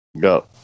Go